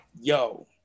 yo